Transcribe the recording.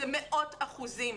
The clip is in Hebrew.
זה מאות אחוזים,